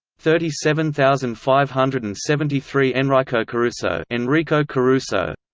thirty seven thousand five hundred and seventy three enricocaruso enricocaruso